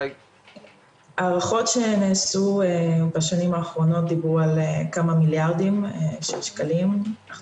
הערכות שנעשו בשנים האחרונות דברו על כמה מיליארדים ממיסים,